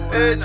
Hey